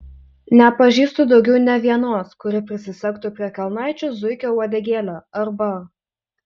nepažįstu daugiau nė vienos kuri prisisegtų prie kelnaičių zuikio uodegėlę arba